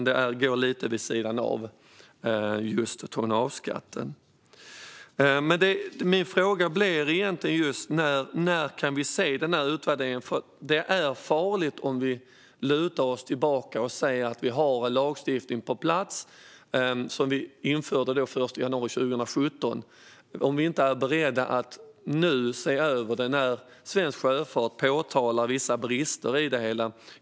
Det går dock lite vid sidan av just tonnageskatten. Min fråga blir egentligen just: När kan vi se den här utvärderingen? Det är nämligen farligt om vi lutar oss tillbaka och säger att vi har en lagstiftning på plats, som vi alltså införde den 1 januari 2017, om vi inte är beredda att se över den nu när svensk sjöfart påtalar vissa brister i det hela.